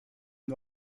nur